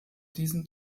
diesem